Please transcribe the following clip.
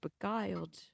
beguiled